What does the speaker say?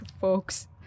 folks